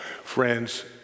Friends